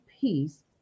peace